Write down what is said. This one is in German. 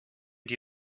die